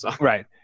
Right